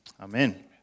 amen